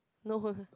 no